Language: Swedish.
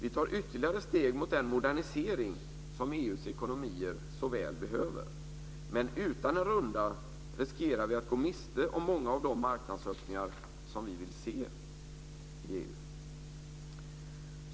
Vi tar ytterligare steg i den modernisering som EU:s ekonomier så väl behöver, men utan en runda riskerar vi att gå miste om många av de marknadsöppningar som vi vill se i EU.